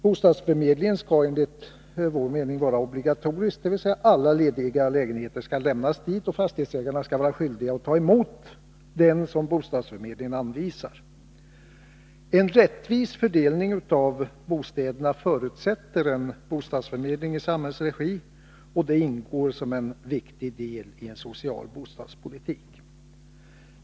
Bostadsförmedlingen skall enligt vår mening vara obligatorisk, dvs. alla lediga lägenheter skall lämnas till bostadsförmedlingen och fastighetsägarna skall vara skyldiga att ta emot den som bostadsförmedlingen anvisar. En rättvis fördelning av bostäderna förutsätter en bostadsförmedling i samhällets regi, och den ingår som en viktig del i en social bostadspolitik.